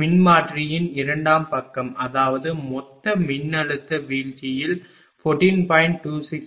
மின்மாற்றியின் இரண்டாம் பக்கம் அதாவது மொத்த மின்னழுத்த வீழ்ச்சியில் 14